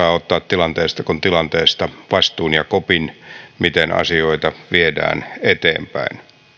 tilanteesta kuin tilanteesta vastuun ja kopin siitä miten asioita viedään eteenpäin